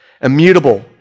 immutable